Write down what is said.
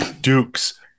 Dukes